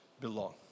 belong